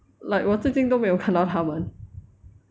like 我最近都没有看到他们